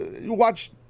watch